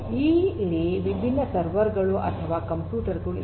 ಇಲ್ಲಿ ವಿಭಿನ್ನ ಸರ್ವರ್ ಗಳು ಅಥವಾ ಕಂಪ್ಯೂಟರ್ ಗಳು ಇವೆ